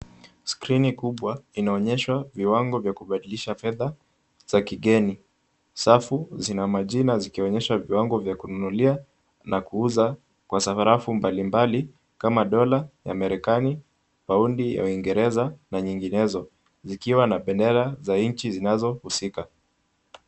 Skrini kubwa inaonyesha viwango vya kubadilisha fedha za kigeni. Safu zina majina zikionyesha kiwango vya kununulia na kuuza kwa sarafu mbali mbali kama dola ya Marekani, paundi ya Uingereza na nyinginezo, ikiwa na Bendera za nchi zinazohusika.